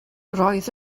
roedd